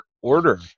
order